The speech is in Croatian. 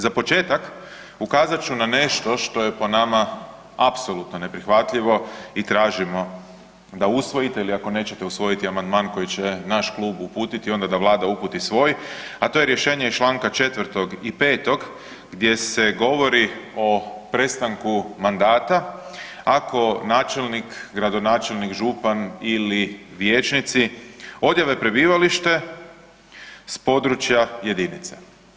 Za početak ukazat ću na nešto što je po nama apsolutno neprihvatljivo i tražimo da usvojite ili ako nećete usvojite amandman koji će naš klub uputiti onda da Vlada uputi svoj, a to je rješenje iz Članka 4. i 5. gdje se govori o prestanku mandata ako načelnik, gradonačelnik, župan ili vijećnici odjave prebivalište s područja jedinice.